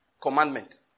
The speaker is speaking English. commandment